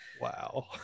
wow